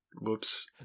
whoops